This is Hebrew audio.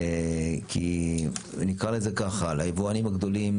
כי נקרא לזה ככה: ליבואנים הגדולים